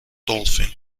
dolphin